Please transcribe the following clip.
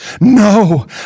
no